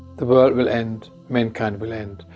the world will end, mankind will end,